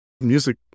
music